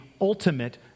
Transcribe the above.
ultimate